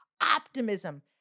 optimism